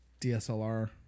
dslr